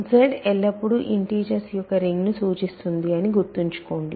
Z ఎల్లప్పుడూ integers యొక్క రింగ్ను సూచిస్తుంది అని గుర్తుంచుకోండి